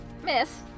miss